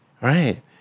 right